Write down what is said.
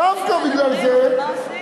מדברים ומדברים, ומה עושים?